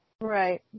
Right